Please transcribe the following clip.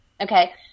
okay